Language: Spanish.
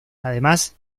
además